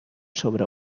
sobre